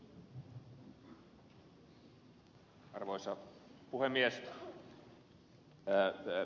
arvoisa puhemies